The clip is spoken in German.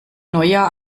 neujahr